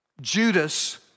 Judas